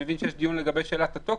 מבין שיש דיון לגבי שאלת התוקף.